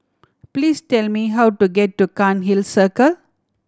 please tell me how to get to Cairnhill Circle